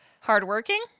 Hardworking